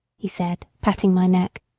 he said, patting my neck.